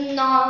no